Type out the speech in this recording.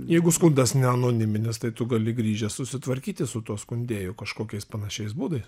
jeigu skundas ne anoniminis tai tu gali grįžęs susitvarkyti su tuo skundėju kažkokiais panašiais būdais